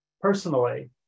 Personally